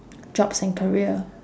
jobs and career